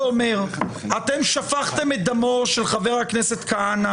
אתם שפכתם את דמו של חבר הכנסת כהנא